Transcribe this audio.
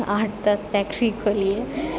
आठ दस फैक्ट्री खोलिए